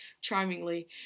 charmingly